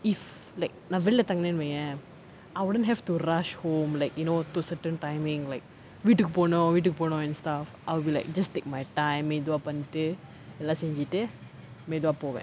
if like நான் வெளியில தங்குனேன் வையேன்:naan veliyila thangunaen vaiyaen I wouldn't have to rush home like you know to certain timing like வீட்டுக்கு போனும் வீட்டுக்கு போனும்:veetukku ponum veetukku ponum and stuff I'll be like just take my time மெதுவா பண்ணிட்டு எல்லாம் செஞ்சிட்டு மெதுவா போவேன்:medhuvaa pannittu ellaam senjitttu medhuvaa povaen